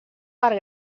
part